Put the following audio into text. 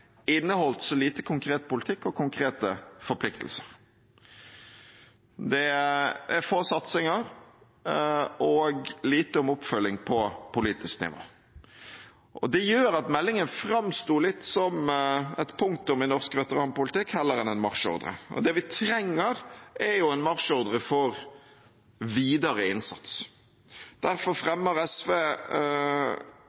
inneholdt så lite konkret politikk og konkrete forpliktelser. Det er få satsinger og lite om oppfølging på politisk nivå. Det gjør at meldingen framsto litt som et punktum i norsk veteranpolitikk heller enn en marsjordre. Det vi trenger, er en marsjordre for videre innsats. Derfor